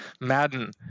Madden